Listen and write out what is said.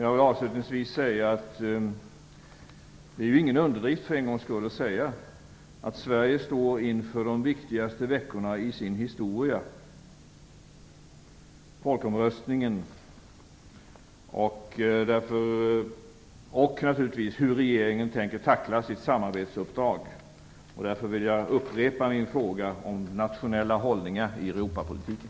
Jag vill avslutningsvis säga att det för en gångs skull inte är någon underdrift att säga att Sverige står inför de viktigaste veckorna i sin historia. Det handlar om folkomröstningen och om hur regeringen tänker tackla sitt samarbetsuppdrag. Därför vill jag upprepa min fråga om nationella hållningar i Europapolitiken.